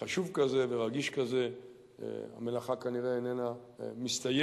חשוב כזה ורגיש כזה המלאכה כנראה איננה מסתיימת,